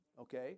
Okay